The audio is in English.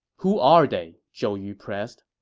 who are they? zhou yu pressed